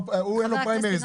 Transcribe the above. הוא אין פריימריז,